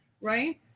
Right